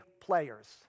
players